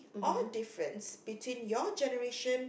or difference between your generation